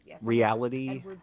reality